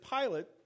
Pilate